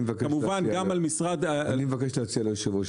אני מבקש להציע ליושב-ראש,